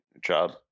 job